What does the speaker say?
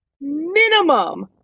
minimum